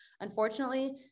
Unfortunately